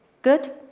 good,